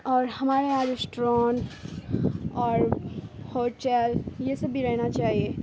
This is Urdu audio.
اور ہمارے یہاں ریسٹورون اور ہوٹل یہ سب بھی رہنا چاہیے